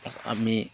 আমি